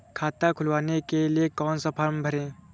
खाता खुलवाने के लिए कौन सा फॉर्म भरें?